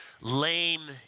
lame